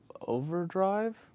Overdrive